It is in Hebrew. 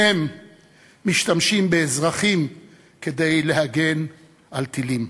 הם משתמשים באזרחים כדי להגן על טילים.